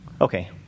okay